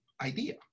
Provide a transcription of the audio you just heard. idea